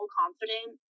confident